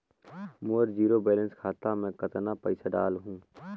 मोर zero balance खाता मे कतना पइसा डाल हूं?